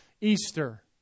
Easter